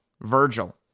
Virgil